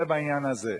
זה בעניין הזה.